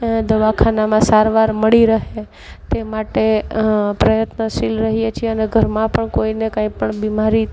એને દવાખાનામાં સારવાર મળી રહે તે માટે પ્રયત્નશીલ રહીએ છીએ અને ઘરમાં પણ કોઈને કાંઈ પણ બીમારી